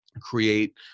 create